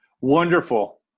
Wonderful